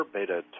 Beta